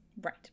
Right